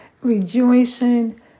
rejoicing